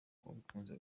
abikunze